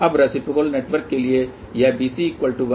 अब reciprocal network के लिए यह BC1 है